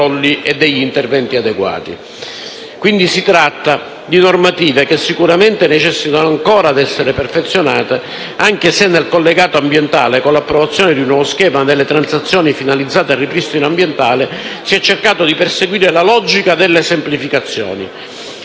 Quindi, si tratta di normative che sicuramente necessitano ancora di essere perfezionate, anche se nel collegato ambientale, con l'approvazione di un nuovo schema delle transazioni finalizzate al ripristino ambientale, si è cercato di perseguire la logica delle semplificazioni.